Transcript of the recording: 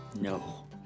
No